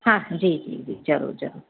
हा जी जी जी ज़रूरु ज़रूरु